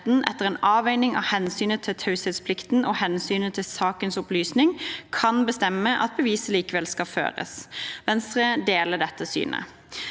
etter en avveiing av hensynet til taushetsplikten og hensynet til sakens opplysning – kan bestemme at beviset likevel skal føres.» Venstre deler dette synet.